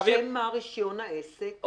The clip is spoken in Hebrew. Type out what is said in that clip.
לשם מה רישיון העסק?